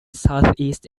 southeast